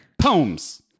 Poems